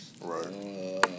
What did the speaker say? Right